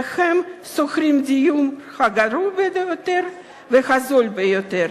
והם שוכרים את הדיור הגרוע ביותר והזול ביותר.